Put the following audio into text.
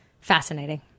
fascinating